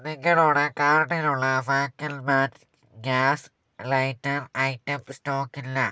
നിങ്ങളുടെ കാർട്ടിലുള്ള ഫാക്കൽമാൻ ഗ്യാസ് ലൈറ്റർ ഐറ്റം സ്റ്റോക്കില്ല